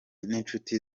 n’inshuti